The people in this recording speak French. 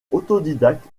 autodidacte